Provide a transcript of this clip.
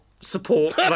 support